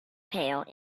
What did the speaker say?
pale